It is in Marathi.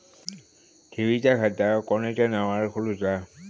ठेवीचा खाता कोणाच्या नावार खोलूचा?